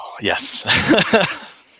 Yes